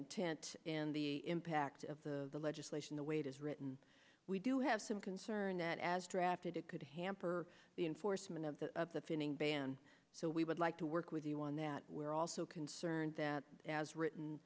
intent and the impact of the legislation the way it is written we do have some concern that as drafted it could hamper the enforcement of the finning ban so we would like to work with you on that we're also concerned that as written